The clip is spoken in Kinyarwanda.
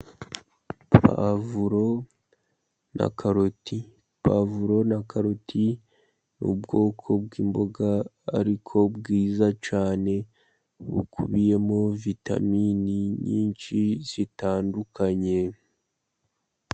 Puwavuro na karoti, puwavuro na karoti ni ubwoko bw'imboga, ariko bwiza cyane, bukubiyemo vitamini nyinshi zitandukanye.